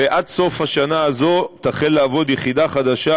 ועד סוף השנה הזאת תחל לעבוד יחידה חדשה,